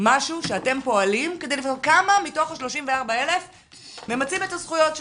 משהו שאתם פועלים כדי לבדוק כמה מתוך ה-34,000 ממצים את הזכויות שלהם.